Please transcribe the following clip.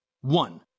One